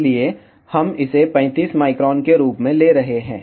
इसलिए हम इसे 35 माइक्रोन के रूप में ले रहे हैं